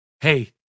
hey